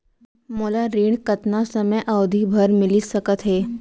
मोला ऋण कतना समयावधि भर मिलिस सकत हे?